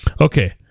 okay